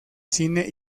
cine